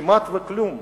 כמעט וכלום.